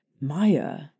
Maya